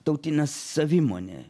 tautinę savimonę